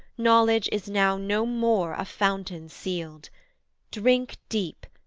knowledge is now no more a fountain sealed drink deep,